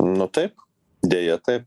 nu taip deja tai